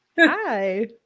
Hi